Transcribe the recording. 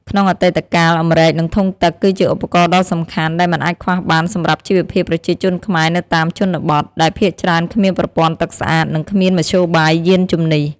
ក្នុងអតីតកាល អម្រែក និងធុងទឹក គឺជាឧបករណ៍ដ៏សំខាន់ដែលមិនអាចខ្វះបានសម្រាប់ជីវភាពប្រជាជនខ្មែរនៅតាមជនបទ ដែលភាគច្រើនគ្មានប្រព័ន្ធទឹកស្អាត និងគ្មានមធ្យោបាយយាន្តជំនិះ។